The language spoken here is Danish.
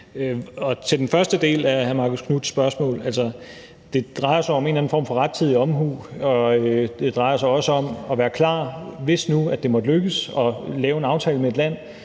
Til den første del af hr. Marcus Knuths spørgsmål vil jeg sige, at det jo drejer sig om en eller anden form for rettidig omhu. Det drejer sig også om at være klar, hvis nu det måtte lykkes at lave en aftale med et land,